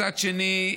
מצד שני,